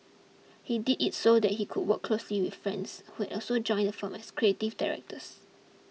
he did it so that he could work closely with friends who had also joined the firm as creative directors